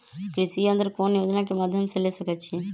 कृषि यंत्र कौन योजना के माध्यम से ले सकैछिए?